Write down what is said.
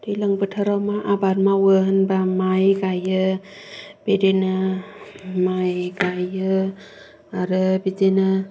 दैज्लां बोथोराव मा आबाद मावो होनबा माइ गायो बिदिनो माइ गायो आरो बिदिनो